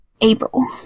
April